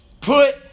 put